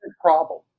problem